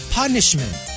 punishment